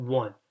one